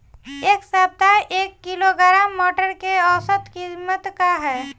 एक सप्ताह एक किलोग्राम मटर के औसत कीमत का ह?